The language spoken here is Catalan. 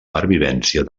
pervivència